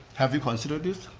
have you considered this?